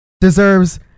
deserves